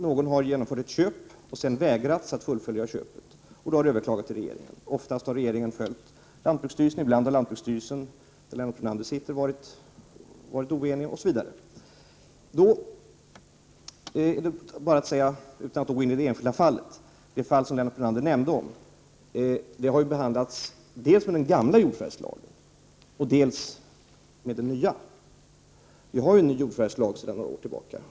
Någon har då genomfört ett köp och sedan vägrats att fullfölja köpet och då överklagat till regeringen. Oftast har regeringen då följt lantbruksstyrelsens beslut, men ibland har lantbruksstyrelsen varit oenig. Utan att gå in i det enskilda fallet vill jag ändå med anledning av det fall som Lennart Brunander nämnde säga att det har behandlats dels med tillämpning av den gamla jordförvärvslagen, dels med tillämpning av den nya. Vi har ju en ny jordförvärvslag sedan några år tillbaka.